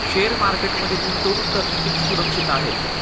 Share मार्केटमध्ये गुंतवणूक करणे किती सुरक्षित आहे?